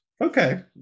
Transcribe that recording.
okay